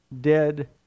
dead